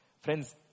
Friends